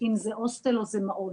אם זה הוסטל או אם זה מעון,